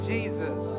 Jesus